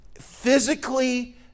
physically